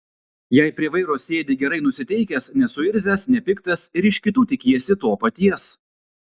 jei prie vairo sėdi gerai nusiteikęs nesuirzęs nepiktas ir iš kitų tikiesi to paties